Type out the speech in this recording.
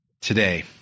today